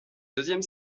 deuxième